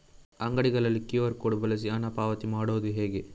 ಅಂಗಡಿಗಳಲ್ಲಿ QR code ಬಳಸಿ ಹಣ ಪಾವತಿ ಮಾಡೋದು ಹೇಗೆ?